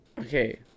Okay